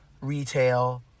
retail